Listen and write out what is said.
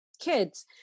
kids